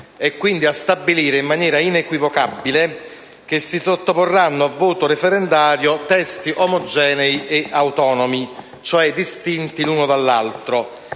e quindi a stabilire in maniera inequivocabile che si sottoporranno a voto referendario testi omogenei ed autonomi, cioè distinti l'uno dall'altro,